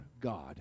God